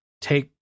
take